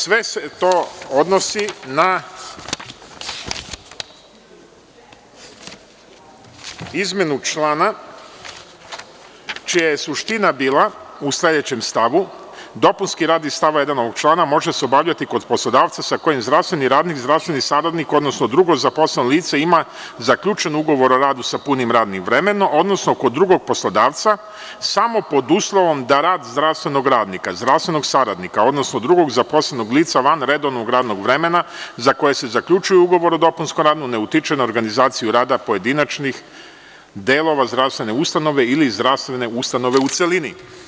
Sve se to odnosi na izmenu člana, čija je suština bila u sledećem stavu – dopunski rad iz stava 1. ovog člana može se obavljati kod poslodavca sa kojim zdravstveni radnik, zdravstveni saradnik, odnosno drugo zaposleno lice ima zaključen ugovor o radu sa punim radnim vremenom, odnosno kod drugog poslodavca, samo pod uslovom da rad zdravstvenog radnika, zdravstvenog saradnika, odnosno drugog zaposlenog lica van redovnog radnog vremena za koje se zaključuje ugovor o dopunskom radu, ne utiče na organizaciju rada pojedinačnih delova zdravstvene ustanove ili zdravstvene ustanove u celini.